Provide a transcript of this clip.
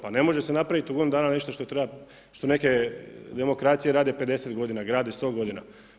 Pa ne može se napraviti u godinu dana nešto što treba, što neke demokracije rade 50 godina, grade 100 godina.